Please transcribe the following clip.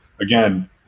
again